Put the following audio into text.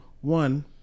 One